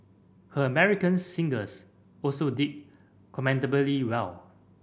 her American singles also did commendably well